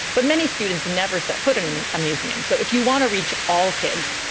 but many students never set foot in a museum. so if you want to reach all kids,